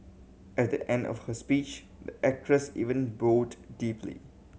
at the end of her speech the actress even bowed deeply